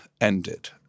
ended